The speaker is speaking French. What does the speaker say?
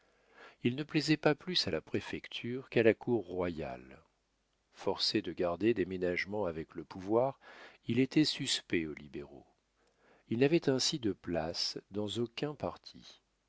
il ne plaisait pas plus à la préfecture qu'à la cour royale forcé de garder des ménagements avec le pouvoir il était suspect aux libéraux il n'avait ainsi de place dans aucun parti